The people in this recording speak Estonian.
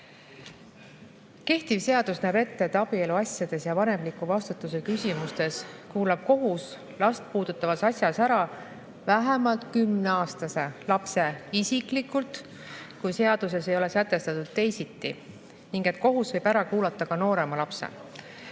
Kehtiv seadus näeb ette, et abieluasjades ja vanemliku vastutuse küsimustes kuulab kohus last puudutavas asjas ära vähemalt kümneaastase lapse isiklikult, kui seaduses ei ole sätestatud teisiti, ning kohus võib ära kuulata ka noorema lapse.